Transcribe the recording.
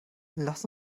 lass